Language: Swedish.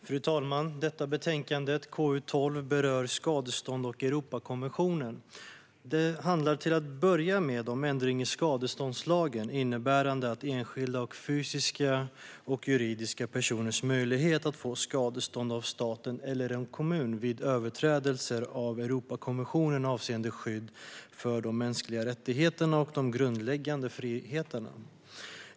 Fru talman! Betänkande KU12 berör skadestånd och Europakonventionen. Det handlar om en ändring i skadeståndslagen, innebärande enskilda fysiska och juridiska personers möjlighet att få skadestånd av staten eller en kommun vid överträdelser av Europakonventionen avseende skydd för de mänskliga rättigheterna och de grundläggande friheterna.